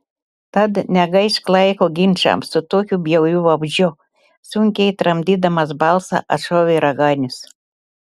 tad negaišk laiko ginčams su tokiu bjauriu vabzdžiu sunkiai tramdydamas balsą atšovė raganius